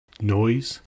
noise